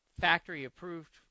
factory-approved